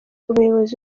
umuyobozi